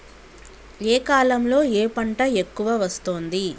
ఏ కాలంలో ఏ పంట ఎక్కువ వస్తోంది?